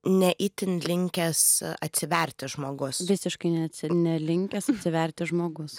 ne itin linkęs atsiverti žmogus visiškai neatsi nelinkęs atsiverti žmogus